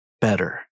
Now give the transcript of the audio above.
better